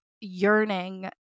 yearning